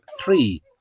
three